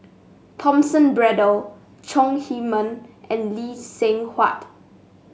Thomas Braddell Chong Heman and Lee Seng Huat